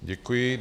Děkuji.